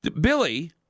Billy